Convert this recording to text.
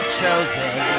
chosen